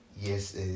yes